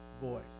voice